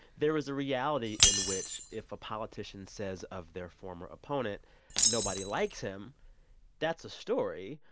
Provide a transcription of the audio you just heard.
there is a reality in which if a politician says of their former opponent nobody likes him that's a story.